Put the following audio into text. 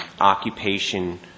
occupation